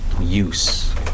use